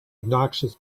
obnoxious